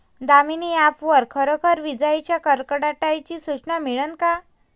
Damini app वर खरोखर विजाइच्या कडकडाटाची सूचना मिळन का?